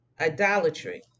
idolatry